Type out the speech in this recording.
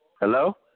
Hello